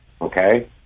okay